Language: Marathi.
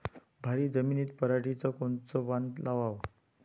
भारी जमिनीत पराटीचं कोनचं वान लावाव?